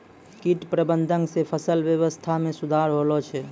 कीट प्रबंधक से फसल वेवस्था मे सुधार होलो छै